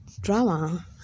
drama